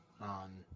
on